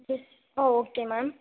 this ah okay ma'am